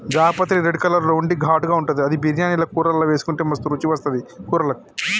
జాపత్రి red colour లో ఉండి ఘాటుగా ఉంటది అది బిర్యానీల కూరల్లా వేసుకుంటే మస్తు రుచి వస్తది కూరలకు